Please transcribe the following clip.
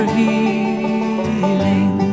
healing